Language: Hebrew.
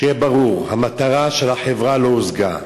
שיהיה ברור, המטרה של החברה לא הושגה.